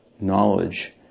knowledge